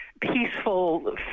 peaceful